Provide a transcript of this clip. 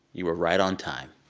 you were right on time.